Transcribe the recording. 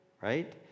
right